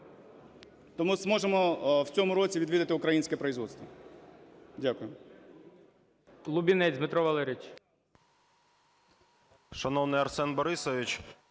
Тому зможемо в цьому році відвідати українське виробництво. Дякую.